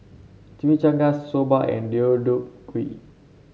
Chimichangas Soba and Deodeok Gui